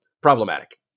problematic